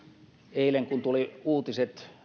eilen kun tulivat uutiset